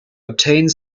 obtained